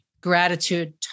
Gratitude